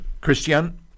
Christian